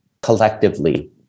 collectively